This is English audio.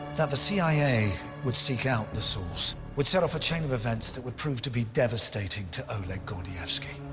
that the cia would seek out the source would set off a chain of events that would prove to be devastating to oleg gordievsky.